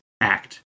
act